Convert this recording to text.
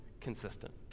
consistent